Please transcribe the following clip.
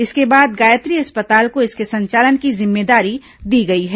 इसके बाद गायत्री अस्पताल को इसके संचालन की जिम्मेदारी दी गई है